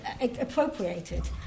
appropriated